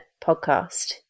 Podcast